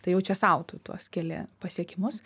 tai jau čia sau tu tuos keli pasiekimus